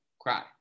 cry